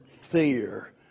fear